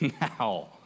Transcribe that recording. now